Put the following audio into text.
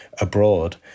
abroad